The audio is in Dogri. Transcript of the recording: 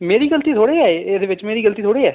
मेरी गलती थोह्ड़े ऐ एह् एह्दे बिच मेरी गलती थोह्ड़े ऐ